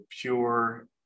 pure